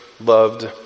loved